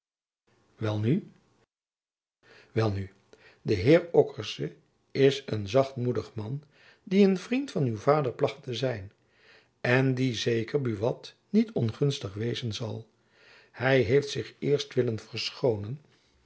welnu welnu de heer ockerse is een zachtmoedig man die een vriend van uw vader plach te zijn en die zeker buat niet ongunstig wezen zal hy heeft zich eerst willen verschonen